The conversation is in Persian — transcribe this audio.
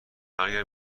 اگر